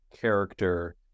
character